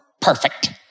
Perfect